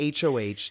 HOH